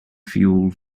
fuel